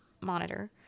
monitor